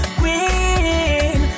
queen